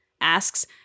asks